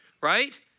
right